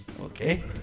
Okay